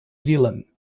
zealand